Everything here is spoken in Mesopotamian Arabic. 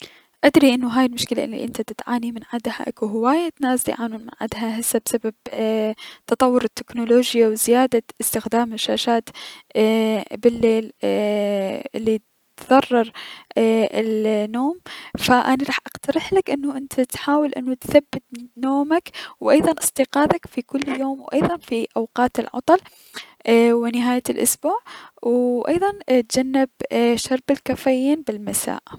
ادري انو هاي المشكلة الي دتعاني من عدها اكو هواي ناس ديعانون من عدها بسبب ايي- تطور التكنولوجيا و زيادة استخدام الشاشات بالليل ايي- الي تضرر النوم، فاني راح اقترحلك انو انت تحاول انو تثبت نومك و ايضا استيقاضك في كل يوم و ايضا في اوقات العطل اي- و نهاية الأسبوع، اي- و ايضا تجنب ايي- شرب الكافيين بالمساء.